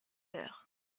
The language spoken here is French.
heures